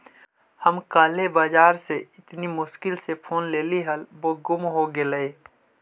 हम काले बाजार से इतनी मुश्किल से फोन लेली हल वो गुम हो गेलई